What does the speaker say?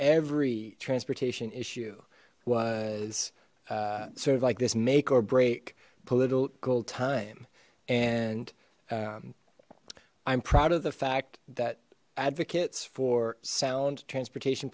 every transportation issue was uh sort of like this make or break political time and um i'm proud of the fact that advocates for sound transportation